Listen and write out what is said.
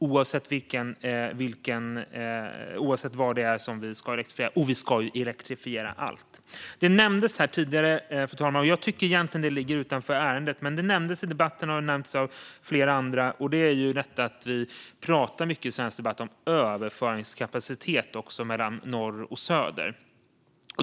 Och vi ska ju elektrifiera allt. Fru talman! I svensk debatt talar vi mycket om överföringskapacitet mellan norr och söder. Jag tycker egentligen att det ligger utanför ärendet, men det har tagits upp av flera andra debattörer.